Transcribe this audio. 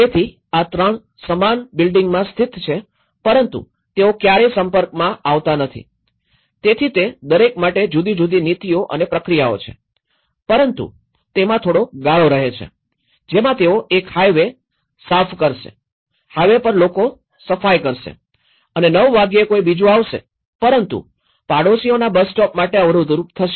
તેથી આ ૩ સમાન બિલ્ડિંગમાં સ્થિત છે પરંતુ તેઓ ક્યારેય સંપર્કમાં આવતા નથી તેથી તે દરેક માટે જુદી જુદી નીતિઓ અને પ્રક્રિયાઓ છે પરંતુ તેમાં થોડો ગાળો રહે છે જેમાં તેઓ એક હાઇવે સાફ કરશે હાઇવે પર લોકો સફાઇ કરશે અને ૯ વાગ્યે કોઈ બીજું આવશે પરંતુ તે પડોશીઓના બસ સ્ટોપ માટે અવરોધરૂપ થશે